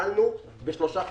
התחלנו באיחור של שלושה חודשים.